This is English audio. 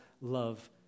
love